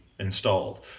installed